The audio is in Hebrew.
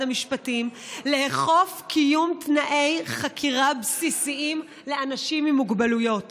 המשפטים לאכוף קיום תנאי חקירה בסיסיים לאנשים עם מוגבלויות